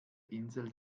insel